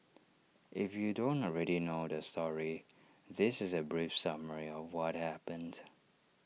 if you don't already know the story this is A brief summary of what happened